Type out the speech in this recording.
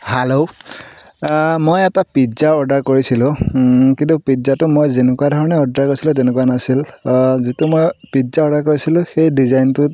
hello মই এটা pizza order কৰিছিলোঁ কিন্তু পিজ্জাটো মই যেনেকুৱা ধৰণে অৰ্ডাৰ কৰিছিলোঁ তেনেকুৱা নাছিল যিটো মই পিজ্জা অৰ্ডাৰ কৰিছিলোঁ সেই ডিজাইনটোত